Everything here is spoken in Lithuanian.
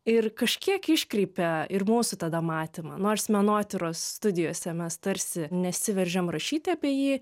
ir kažkiek iškreipia ir mūsų tada matymą nors menotyros studijose mes tarsi nesiveržiam rašyti apie jį